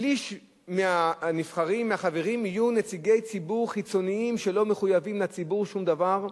שליש מהחברים יהיו נציגי ציבור חיצוניים שלא מחויבים לציבור בדבר.